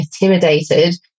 intimidated